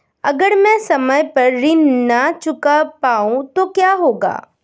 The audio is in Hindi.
अगर म ैं समय पर ऋण न चुका पाउँ तो क्या होगा?